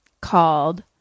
called